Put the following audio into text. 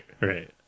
right